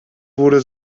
wurde